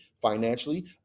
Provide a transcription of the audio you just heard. financially